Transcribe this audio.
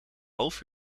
half